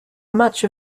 much